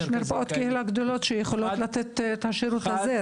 יש מרפאות קהילה גדולות שיכולות לתת את השירות הזה,